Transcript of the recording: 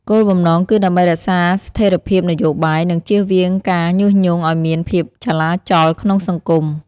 គោលបំណងគឺដើម្បីរក្សាស្ថិរភាពនយោបាយ និងជៀសវាងការញុះញង់ឱ្យមានភាពចលាចលក្នុងសង្គម។